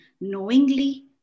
knowingly